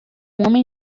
homem